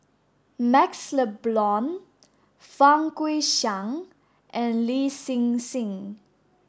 MaxLe Blond Fang Guixiang and Lin Hsin Hsin